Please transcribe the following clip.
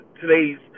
today's